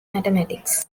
mathematics